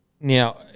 Now